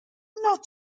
not